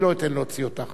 אני לא אתן להוציא אותך,